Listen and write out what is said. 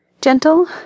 gentle